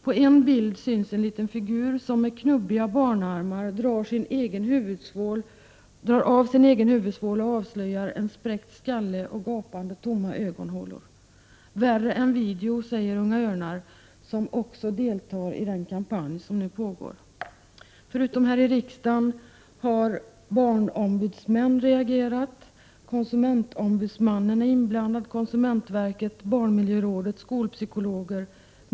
På en bild kan man se en liten figur som med knubbiga barnarmar drar av sin egen huvudsvål och avslöjar en spräckt skalle och gapande tomma ögonhålor. Detta är värre än video, säger man från Unga örnar, som också deltar i den kampanj som nu pågår. Förutom att man har reagerat här i riksdagen har också barnombudsmannen reagerat. Konsumentombudsmannen är inblandad, liksom konsumentverket, barnmiljörådet och skolpsykologer.